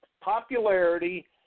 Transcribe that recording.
popularity